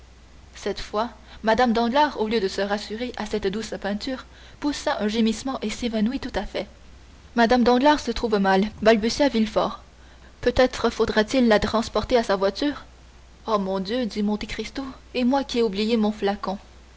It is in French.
cette fois mme danglars au lieu de se rassurer à cette douce peinture poussa un gémissement et s'évanouit tout à fait mme danglars se trouve mal balbutia villefort peut-être faudrait-il la transporter à sa voiture oh mon dieu dit monte cristo et moi qui ai oublié mon flacon